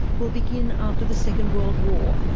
we'll begin after the second world war,